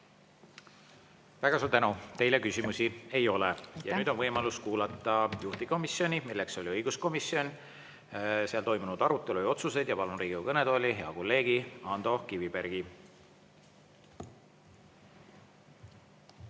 Väga suur tänu! Teile küsimusi ei ole. Ja nüüd on võimalus kuulata juhtivkomisjonis, milleks oli õiguskomisjon, toimunud arutelu ja otsuseid. Palun Riigikogu kõnetooli hea kolleegi Ando Kivibergi.